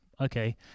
okay